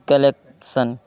collection